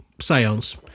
seance